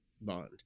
Bond